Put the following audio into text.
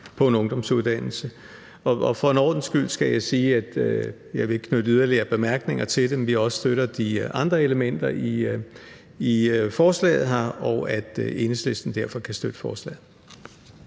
på en ungdomsuddannelse. For en ordens skyld skal jeg sige – og jeg ikke vil knytte yderligere bemærkninger til det – at vi også støtter de andre elementer i forslaget her, og at Enhedslisten derfor kan støtte forslaget.